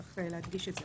צריך להדגיש את זה.